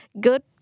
good